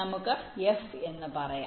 നമുക്ക് എഫ് എന്ന് പറയാം